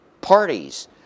parties